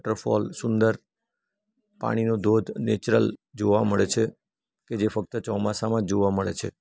waterfall સુંદર પાણીનો ધોધ નેચરલ જોવા મળે છે કે જે ફક્ત ચોમાસામાં જ જોવા મળે છે